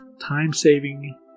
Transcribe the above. time-saving